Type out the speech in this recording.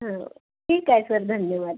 हो ठीक आहे सर धन्यवाद